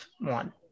one